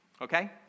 okay